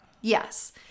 Yes